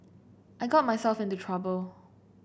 I got myself into trouble